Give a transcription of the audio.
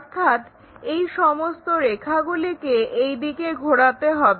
অর্থাৎ এই সমস্ত রেখাগুলিকে এই দিকে ঘোরাতে হবে